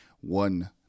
one